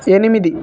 ఎనిమిది